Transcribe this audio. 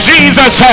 Jesus